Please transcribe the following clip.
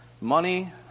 money